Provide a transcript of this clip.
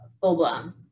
full-blown